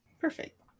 perfect